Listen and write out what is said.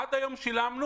עד היום שילמנו,